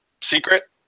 secret